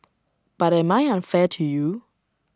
but am I unfair to you